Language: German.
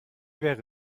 wäre